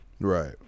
right